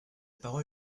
parole